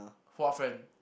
what friend